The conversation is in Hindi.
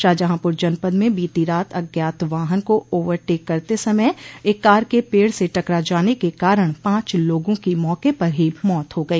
शाहजहांपुर जनपद में बीती रात अज्ञात वाहन को ओवर टेक करते समय एक कार के पेड़ से टकरा जाने के कारण पांच लोगों की मौके पर ही मौत हो गई